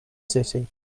city